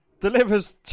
delivers